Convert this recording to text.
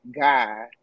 guy